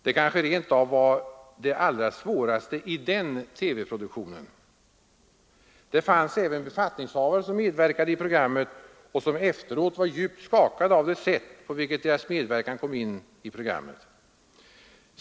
Det kanske rent av var det allra svåraste i den TV-produktionen. Det fanns även befattningshavare som medverkade i programmet och som efteråt var djupt skakade av det sätt på vilket deras medverkan kom in i programmet.